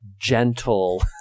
gentle